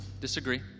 Disagree